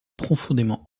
profondément